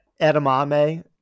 edamame